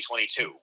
2022